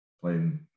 playing